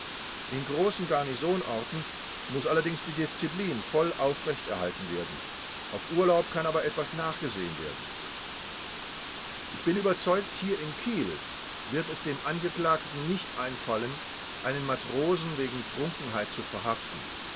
in großen garnisonorten muß allerdings die disziplin voll aufrecht erhalten werden auf urlaub kann aber etwas nachgesehen werden ich bin überzeugt hier in kiel wird es dem angeklagten nicht einfallen einen matrosen wegen trunkenheit zu verhaften